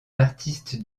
artistes